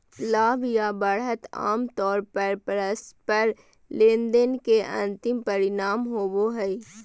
लाभ या बढ़त आमतौर पर परस्पर लेनदेन के अंतिम परिणाम होबो हय